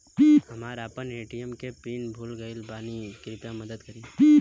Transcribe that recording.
हम आपन ए.टी.एम के पीन भूल गइल बानी कृपया मदद करी